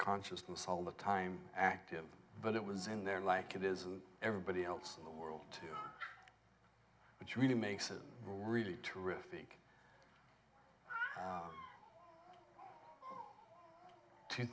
consciousness all the time active but it was in there like it is and everybody else in the world to which really makes it all really terrific